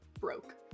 Broke